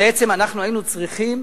בעצם אנחנו היינו צריכים